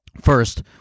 First